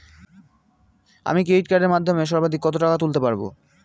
আমি ক্রেডিট কার্ডের মাধ্যমে সর্বাধিক কত টাকা তুলতে পারব?